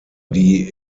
die